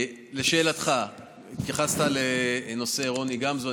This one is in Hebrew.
לשאלתך, התייחסת לנושא רוני גמזו.